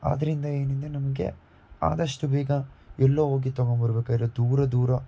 ಆದ್ದರಿಂದ ಏನಿದೆ ನಮಗೆ ಆದಷ್ಟು ಬೇಗ ಎಲ್ಲೋ ಹೋಗಿ ತೊಗೊಂಬರ್ಬೇಕಾರೆ ದೂರ ದೂರ